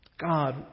God